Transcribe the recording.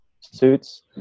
suits